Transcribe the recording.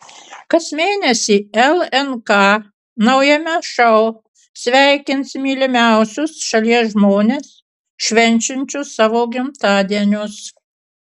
kas mėnesį lnk naujame šou sveikins mylimiausius šalies žmones švenčiančius savo gimtadienius